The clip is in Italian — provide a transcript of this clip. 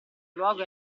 luogo